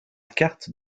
carte